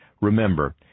Remember